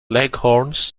leghorns